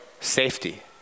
safety